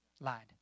lied